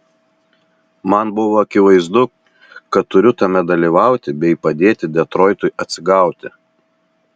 man buvo akivaizdu kad turiu tame dalyvauti bei padėti detroitui atsigauti